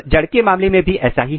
जड़ के मामले में भी ऐसा ही है